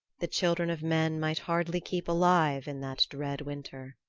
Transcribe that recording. the children of men might hardly keep alive in that dread winter.